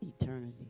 Eternity